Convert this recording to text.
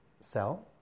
sell